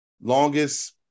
Longest